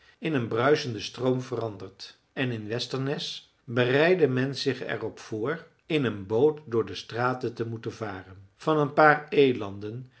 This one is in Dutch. in een bruisenden stroom veranderd en in westers bereidde men er zich op voor in een boot door de straten te moeten varen van een paar elanden